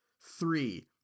Three